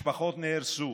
משפחות נהרסו.